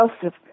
Joseph